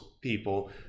people